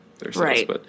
Right